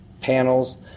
panels